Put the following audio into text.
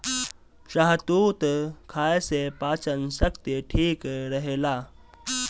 शहतूत खाए से पाचन शक्ति ठीक रहेला